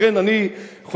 לכן אני חושב